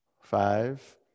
Five